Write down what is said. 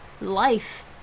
life